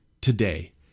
today